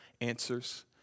answers